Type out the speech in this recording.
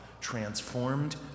transformed